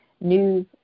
news